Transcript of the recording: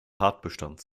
tatbestand